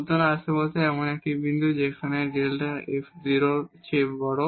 সুতরাং আশেপাশে এমন একটি বিন্দু যেখানে Δ f 0 এর চেয়ে বড়